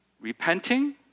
repenting